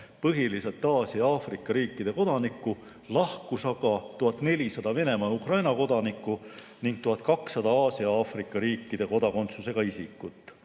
põhiliselt Aasia ja Aafrika riikide kodanikku, lahkus aga 1400 Venemaa või Ukraina kodanikku ning 1200 Aasia ja Aafrika riikide kodakondsusega isikut.